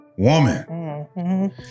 woman